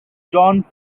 john